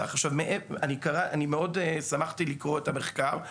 מאוד שמחתי לקרוא את המחקר.